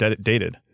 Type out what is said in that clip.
dated